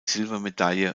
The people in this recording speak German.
silbermedaille